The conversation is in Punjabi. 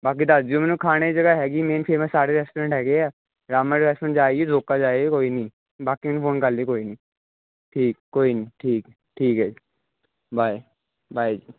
ਬਾਕੀ ਦੱਸ ਦਿਓ ਮੈਨੂੰ ਖਾਣੇ ਜਗ੍ਹਾ ਹੈਗੀ ਮੇਨ ਫੇਮਸ ਸਾਰੇ ਰੈਸਟੋਰੈਂਟ ਹੈਗੇ ਆ ਬ੍ਰਾਹਮਣ ਰੇਸਟੋਰੈਂਟ ਜਾ ਆਇਓ ਰੋਕਾ ਜਾ ਆਇਓ ਕੋਈ ਨਹੀਂ ਬਾਕੀ ਨੂੰ ਫੋਨ ਕਰ ਲਈਂ ਕੋਈ ਨਹੀਂ ਠੀਕ ਕੋਈ ਨਹੀਂ ਠੀਕ ਠੀਕ ਹੈ ਜੀ ਬਾਏ ਬਾਏ ਜੀ